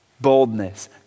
Boldness